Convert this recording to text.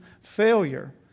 failure